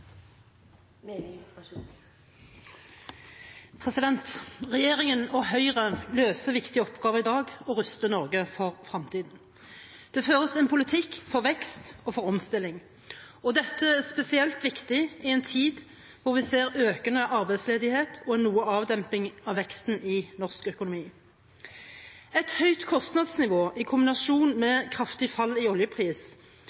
Regjeringen og Høyre løser viktige oppgaver i dag og ruster Norge for fremtiden. Det føres en politikk for vekst og omstilling, og dette er spesielt viktig i en tid da vi ser økende arbeidsledighet og en noe avdemping av veksten i norsk økonomi. Et høyt kostnadsnivå i kombinasjon med kraftig fall i oljepris